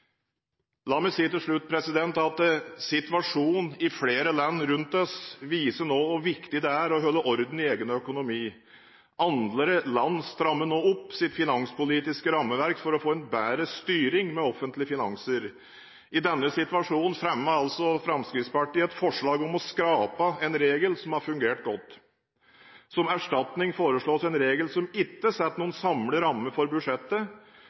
La meg til slutt si at situasjonen i flere land rundt oss viser hvor viktig det er å holde orden i egen økonomi. Andre land strammer nå opp sitt finanspolitiske rammeverk for å få en bedre styring med offentlige finanser. I denne situasjonen fremmer altså Fremskrittspartiet et forslag om å skrape en regel som har fungert godt. Som erstatning foreslås en regel som ikke setter noen samlet ramme for budsjettet,